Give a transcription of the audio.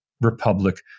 Republic